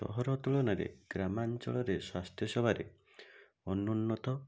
ସହର ତୁଳନାରେ ଗ୍ରାମାଞ୍ଚଳରେ ସ୍ୱାସ୍ଥ୍ୟ ସେବାରେ ଅନ୍ୟୂନତ